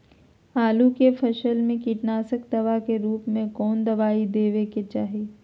आलू के फसल में कीटनाशक दवा के रूप में कौन दवाई देवे के चाहि?